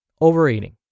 Overeating